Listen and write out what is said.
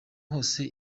hose